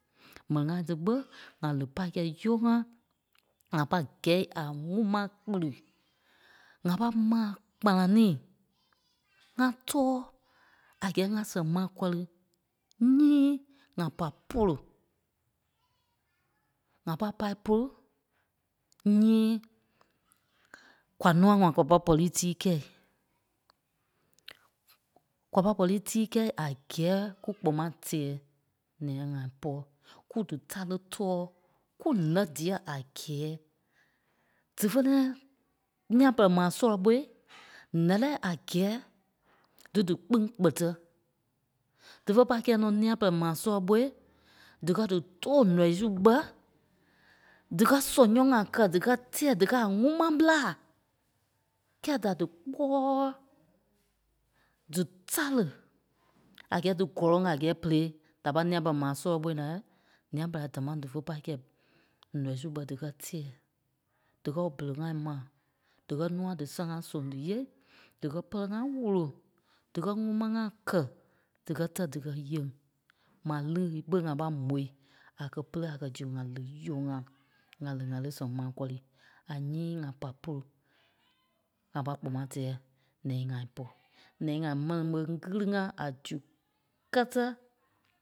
Mɛni ŋai tí ɓé ŋa li pâi kɛi yɔɔ-ŋa, ŋa pâi gɛi a ŋúŋ ma kpiri. Ŋa pâi maa kpananii, ŋa tɔ̂ɔ a gɛɛ ŋa sɛŋ ma kɔri. Nyii ŋa pa polu; ŋa pai pâi polu nyii kwa núa-ŋai kwa pâi pɔri tíi kɛi. Kwa pɔ pɔri tíi kɛi a gɛɛ kú kpɔma tɛ̀ɛ nia-ŋai pɔɔ, kú dítare tɔ̂ɔ kú lɛ́ dia a gɛɛ dife nia- nia-pɛ́lɛ maa sɔlɔ ɓôi lɛlɛɛ a gɛɛ dí díkpîŋ kpɛ́tɛ. Dífe pâi kɛ́ nɔ́ nia-pɛ́lɛ maa sɔlɔ ɓôi díkɛ dí too nɔii su bɛi díkɛ sɔnyɔ̂ŋ-ŋai kɛ́ díkɛ tɛ̀ɛ díkɛ a ŋuma ɓéla. Kɛ́ɛ da díkpɔɔi dí tàre a gɛɛ dí gɔlɔŋ a gɛɛ berei da pâi nia-pɛ́lɛ maa sɔlɔ ɓô la, nia-pɛlɛɛ damaa dífe pâi kɛi nɔii su bɛi díkɛ tɛɛ. Díkɛ bere ŋa mai, díkɛ nûa dí sãaŋa soŋ díyee, díkɛ pɛrɛ ŋai wolo, díkɛ ŋuma ŋai kɛ́, díkɛ tɛ díkɛ yeŋ. Mai li ɓé ŋa pâi mó. A kɛ́ pere a kɛ́ zu ŋa li yɔɔ-ŋa. Ŋa li ŋa li sɛŋ maa kɔri. A nyii ŋa pa polu ŋa pâi kpɔ maa tɛɛ ǹɛ-ŋai pɔ́. Ǹɛ-ŋai mɛni ɓé kili-ŋa a zu. Kɛtɛ